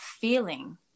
feeling